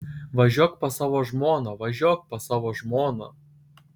važiuok pas savo žmoną važiuok pas savo žmoną